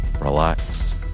relax